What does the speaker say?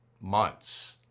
months